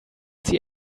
see